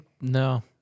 No